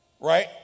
right